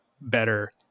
better